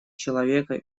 человека